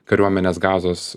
kariuomenės gazos